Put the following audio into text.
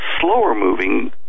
slower-moving